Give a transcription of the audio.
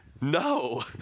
No